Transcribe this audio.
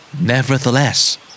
Nevertheless